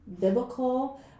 biblical